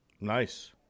Nice